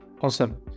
awesome